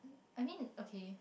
I mean okay